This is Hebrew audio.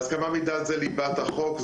והסכמה מדעת זה ליבת החוק.